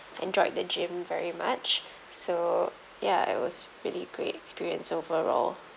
enjoyed the gym very much so ya it was really great experience overall